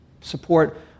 support